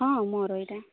ହଁ ମୋର ଏଇଟା